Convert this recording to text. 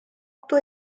otto